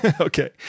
Okay